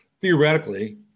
Theoretically